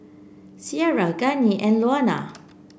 Ciara Gianni and Louanna